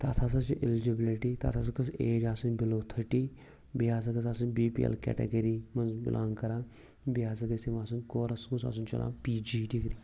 تَتھ ہَسا چھِ ایٚلِجِبِلٹی تَتھ ہَسا گٔژھ ایج آسٕنۍ بِلو تھٔٹی بیٚیہِ ہَسا گٔژھ آسٕنۍ بی پی ایل کٮ۪ٹَگٔری منٛز بِلانٛگ کَران بیٚیہِ ہَسا گٔژھ یِم آسٕنۍ کورَس گۄژھ آسُن چَلان پی جی ڈِگری